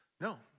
No